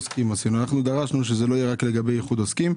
אנחנו דרשנו שזה לא יהיה רק לגבי איחוד עוסקים.